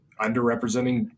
underrepresenting